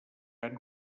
han